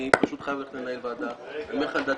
אני חייב לצאת לנהל וועדה ואני אומר לך את דעתי.